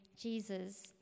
Jesus